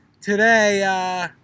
Today